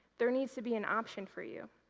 there needs to be an option for you.